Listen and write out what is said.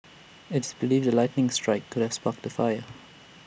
it's believed A lightning strike could have sparked the fire